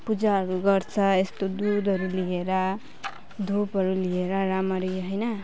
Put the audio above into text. पूजाहरू गर्छ यस्तो दुधहरू लिएर धुपहरू लिएर राम्ररी होइन